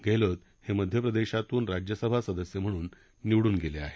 गेहलोत हे मध्य प्रदेशातून राज्यसभा सदस्य म्हणून निवडून गेले आहेत